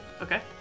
Okay